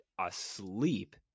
asleep